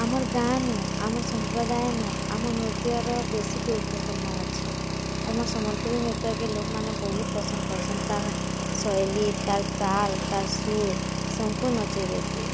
ଆମର୍ ଗାଁ ନୁ ଆମର୍ ସମ୍ପଦ୍ରାୟନୁ ଆମର୍ ନୃତ୍ୟର ବେଶୀ ଗୁରୁତ୍ୱପୂର୍ଣ୍ଣ ଅଛେ ଆମର୍ ସମ୍ବଲପୁରୀ ନୃତ୍ୟକେ ଲୋକ୍ମାନେ ବହୁତ୍ ପସନ୍ଦ କରୁସନ୍ ତାର ଶୈଳୀ ତାର୍ ତାଲ୍ ତାର୍ ସୁର୍ ସମଙ୍କୁ ନଚେଇ ଦେଇସି